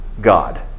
God